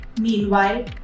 Meanwhile